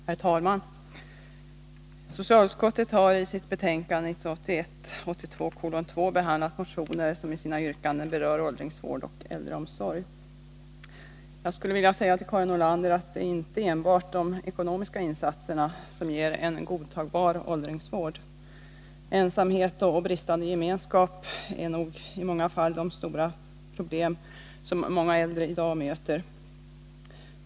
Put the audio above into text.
Herr talman! Socialutskottet har i sitt betänkande 1981/82:2 behandlat motioner som i sina yrkanden berör åldringsvård och äldreomsorg. Jag vill säga till Karin Nordlander att det inte enbart är de ekonomiska insatserna som ger en godtagbar åldringsvård. Ensamhet och bristande gemenskap är i många fall de stora problem som äldre i dag möter.